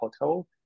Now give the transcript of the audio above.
hotel